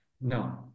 No